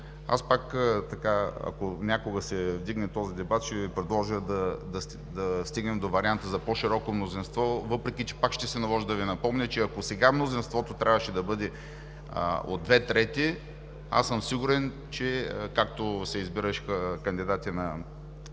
Пак, ако някога се повдигне този дебат, ще Ви предложа да стигнем до варианта за по-широко мнозинство, въпреки че пак ще се наложи да Ви напомня, че ако сега мнозинството трябваше да бъде от две трети, аз съм сигурен, че както се избираха кандидати на ВСС,